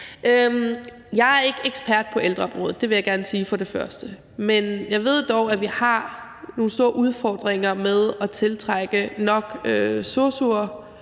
Jeg er ikke ekspert på ældreområdet – det vil jeg gerne sige som det første. Men jeg ved dog, at vi har nogle store udfordringer med at tiltrække nok sosu'er